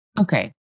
Okay